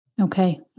Okay